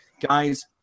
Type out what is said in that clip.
Guys